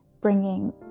bringing